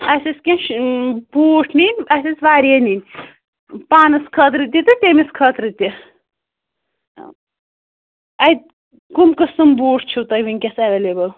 اَسہِ أس کیٚنٛہہ بوٗٹ نِنۍ اَسہِ ٲس وارِیاہ نِنۍ پانَس خٲطرٕ تہِ تہٕ تٔمِس خٲطرٕ تہِ اتہِ کُمہٕ قٕسمہٕ بوٗٹ چھِو تۅہہِ وُنکیٚس ایٚویلیبٕل